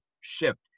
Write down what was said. shift